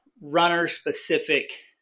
runner-specific